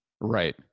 Right